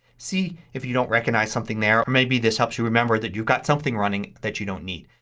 see if you don't recognize something there. maybe this helps you remember that you've got something running that you don't need.